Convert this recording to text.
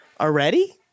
Already